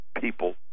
people